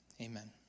Amen